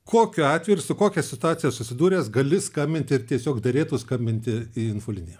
kokiu atveju ir su kokia situacija susidūręs gali skambinti ir tiesiog derėtų skambinti į infoliniją